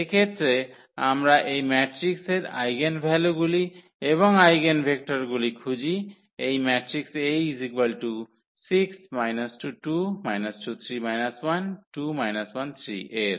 এক্ষেত্রে আমরা এই ম্যাট্রিক্সের আইগেনভ্যালুগুলি এবং আইগেনভেক্টরগুলি খুঁজি এই ম্যাট্রিক্স A এর